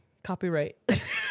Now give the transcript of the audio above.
Copyright